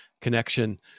connection